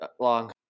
long